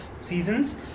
seasons